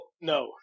no